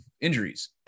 injuries